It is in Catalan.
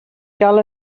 cal